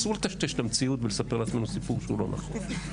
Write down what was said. אסור לטשטוש את המציאות ולספר לעצמנו סיפור שהוא לא נכון.